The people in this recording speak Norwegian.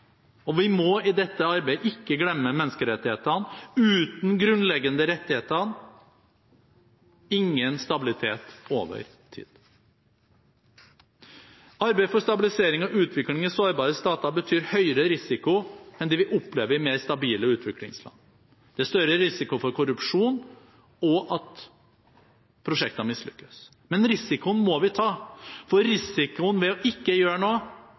Og vi må i dette arbeidet ikke glemme menneskerettighetene: uten grunnleggende rettigheter – ingen stabilitet over tid. Arbeid for stabilisering og utvikling i sårbare stater betyr høyere risiko enn det vi opplever i mer stabile utviklingsland. Det er større risiko for korrupsjon, og for at prosjekter mislykkes. Men risikoen må vi ta, for risikoen ved å ikke gjøre noe